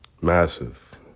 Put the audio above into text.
massive